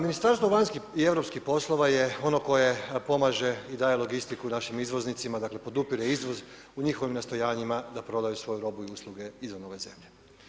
Ministarstvo vanjskih i europskih poslova je ono koje pomaže i daje logistiku našim izvoznicima, dakle podupire izvoz u njihovim nastojanjima da prodaju svoju robu i usluge izvan ove zemlje.